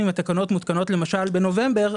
אם התקנות מותקנות למשל בנובמבר,